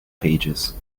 pages